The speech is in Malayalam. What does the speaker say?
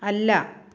അല്ല